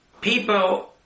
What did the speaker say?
people